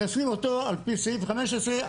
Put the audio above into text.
על פי סעיף 15,